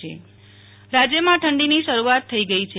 નેહ્લ ઠક્કર હવામાન રાજ્યમાં ઠંડીની શરૂઆત થઇ ગઈ છે